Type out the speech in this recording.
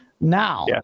Now